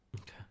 Okay